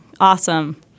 Awesome